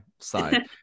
side